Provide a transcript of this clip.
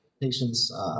patients